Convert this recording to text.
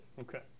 Okay